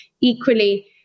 equally